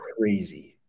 crazy